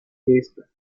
esta